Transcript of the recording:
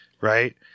right